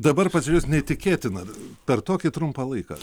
dabar pažiūrėjus neįtikėtina per tokį trumpą laiką